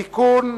(תיקון).